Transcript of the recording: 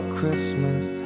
Christmas